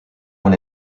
when